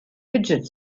fidget